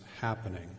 happening